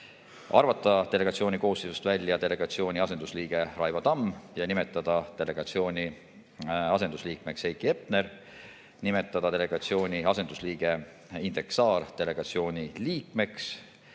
arvata delegatsiooni koosseisust välja delegatsiooni asendusliige Raivo Tamm ja nimetada delegatsiooni asendusliikmeks Heiki Hepner, nimetada delegatsiooni asendusliige Indrek Saar delegatsiooni liikmeks